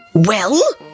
Well